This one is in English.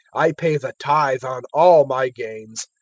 i pay the tithe on all my gains